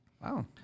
Wow